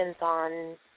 on